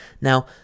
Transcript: now